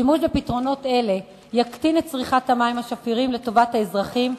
שימוש בפתרונות אלה יקטין את צריכת המים השפירים לטובת האזרחים,